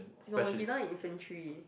no he now in Infantry